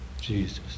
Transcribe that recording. Jesus